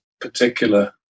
particular